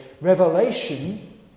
Revelation